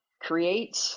create